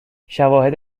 شواهد